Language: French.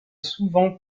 souvent